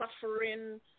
suffering